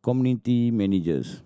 community managers